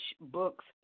Books